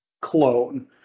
clone